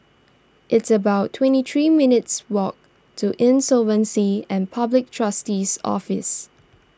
it's about twenty three minutes' walk to Insolvency and Public Trustee's Office